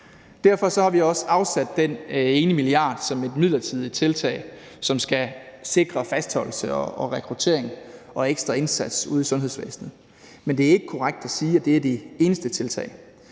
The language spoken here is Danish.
Derfor har vi også afsat den ene milliard som et midlertidigt tiltag, som skal sikre fastholdelse og rekruttering og en ekstra indsats ude i sundhedsvæsenet. Men det er ikke korrekt at sige, at det er det eneste tiltag.